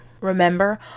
Remember